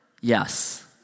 Yes